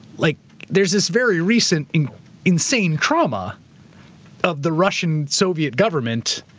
like there's this very recent insane trauma of the russian soviet government